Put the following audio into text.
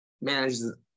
manages